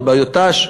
על בעיות ת"ש,